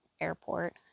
airport